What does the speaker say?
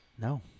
No